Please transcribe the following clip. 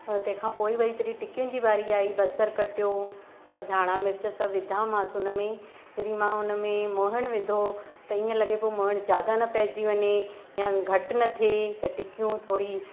ऐं तंहिंखां पोइ वरी जॾहिं टिक्कियुनि जी वारी आई बसर कटियो सभु धाणा मिर्च सभु विधामासि हुनमें जॾहिं मां हुनमें मोइण विधो त ईअं लगे पयो मोइण ज्यादा न पइजी वञे या घटि न थिए त टिक्कियूं थोरी